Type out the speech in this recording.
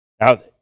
Now